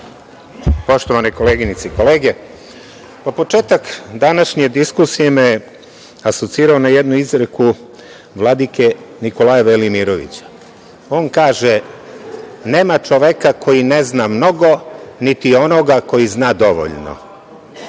Poštovane koleginice i kolege, početak današnje diskusije me je asocirao na jednu izreku Vladike Nikolaja Velimirovića. On kaže – nema čoveka koji ne zna mnogo, niti onoga koji zna dovoljno.